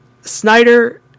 Snyder